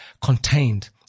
contained